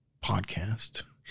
podcast